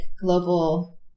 global